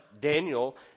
Daniel